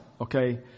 okay